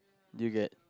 do you get